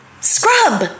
scrub